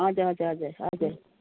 हजुर हजुर हजुर हजुर